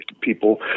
people